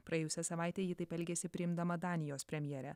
praėjusią savaitę ji taip elgėsi priimdama danijos premjerę